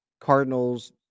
Cardinals